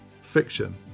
fiction